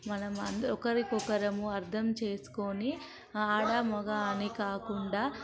మనం అది ఒకరికొకరం అర్థం చేసుకొని ఆడ మగ అని కాకుండా